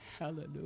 Hallelujah